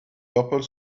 purple